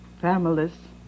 families